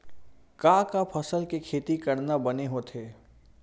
का का फसल के खेती करना बने होथे?